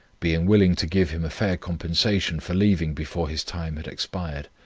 being willing to give him a fair compensation for leaving before his time had expired.